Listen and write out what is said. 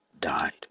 died